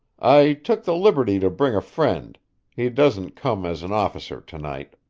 i took the liberty to bring a friend he doesn't come as an officer to-night.